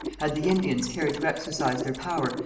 had the indians cared to exercise their power,